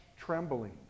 trembling